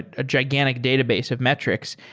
ah gigantic database of metrics.